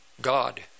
God